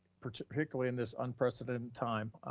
particularly in this unprecedented time.